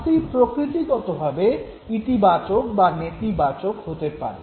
শাস্তি প্রকৃতিগতভাবে ইতিবাচক বা নেতিবাচক হতে পারে